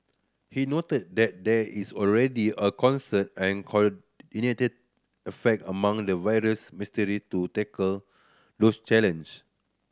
he noted that there is already a concerted and coordinated affect among the various ministry to tackle those challenge